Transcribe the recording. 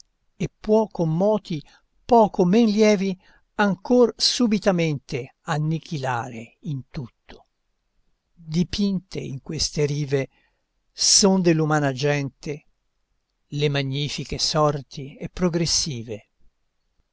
e può con moti poco men lievi ancor subitamente annichilare in tutto dipinte in queste rive son dell'umana gente le magnifiche sorti e progressive